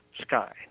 sky